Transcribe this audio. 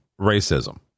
racism